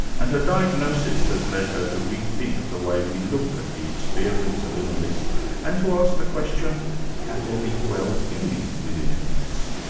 and her diagnosis has led her to re-think the way we look at the experience of illness and to ask the question can there be wellbeing within illness?